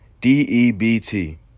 D-E-B-T